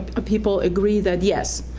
ah people agree that yes,